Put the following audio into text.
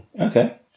okay